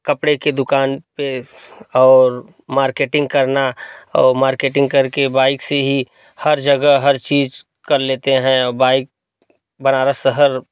कपड़े के दुकान पर और मार्केटिंग करना और मार्केटिंग कर के बाइक से ही हर जगह हर चीज़ कर लेते हैं और बाइक बनारस शहर